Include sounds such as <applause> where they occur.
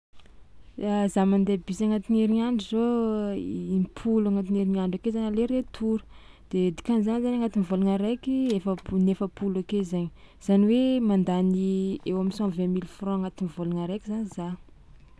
A za mandeha bus agnatin'ny herignandro zao i- impolo agnatin'ny herignandro ake zany aller retour de dikan'izany zany agnatin'ny vôlagna raiky <noise> efapo- inefapolo ake zainy, zany hoe mandany eo am'cent vingt milles francs agnatin'ny vôlagna araiky zany za.